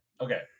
okay